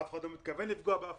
אף אחד לא מתכוון לפגוע במישהו.